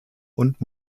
und